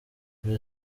muri